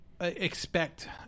expect